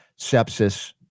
sepsis